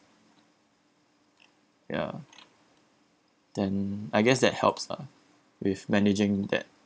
ya then I guess that helps ah with managing that